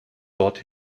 dort